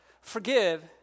Forgive